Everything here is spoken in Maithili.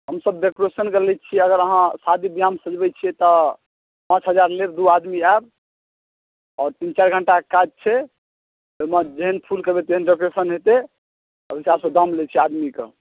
हमसभ डेकोरेशनके लै छियै अगर अहाँ शादी ब्याहमे सजबै छियै तऽ पाँच हजार लेब दू आदमी आयब आओर तीन चारि घंटाके काज छै ताहिमे जेहन फूल कहबै तेहन डेकोरेशन हेतै ओहि हिसाबसँ दाम लै छियै आदमीके